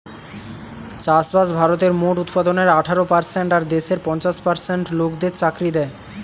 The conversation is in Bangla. চাষবাস ভারতের মোট উৎপাদনের আঠারো পারসেন্ট আর দেশের পঞ্চাশ পার্সেন্ট লোকদের চাকরি দ্যায়